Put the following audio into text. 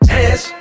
Hands